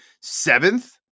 seventh